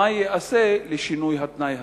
מה ייעשה לשינוי התנאי הזה?